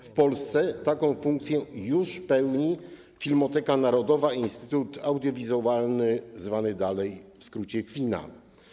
W Polsce taką funkcję pełni już Filmoteka Narodowa - Instytut Audiowizualny, zwany dalej w skrócie FINA.